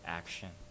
action